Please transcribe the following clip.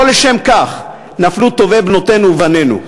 לא לשם כך נפלו טובי בנותינו ובנינו.